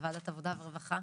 בוועדת העבודה והרווחה.